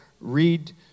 read